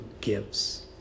gives